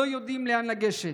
לא יודעים לאן לגשת,